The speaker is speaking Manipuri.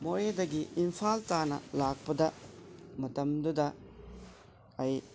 ꯃꯣꯔꯦꯗꯒꯤ ꯏꯝꯐꯥꯜ ꯇꯥꯟꯅ ꯂꯥꯛꯄꯗ ꯃꯇꯝꯗꯨꯗ ꯑꯩ